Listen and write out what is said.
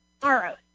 tomorrow